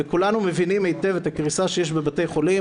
וכולנו מבינים היטב את הקריסה שיש בבתי החולים,